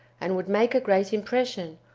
and would make a great impression,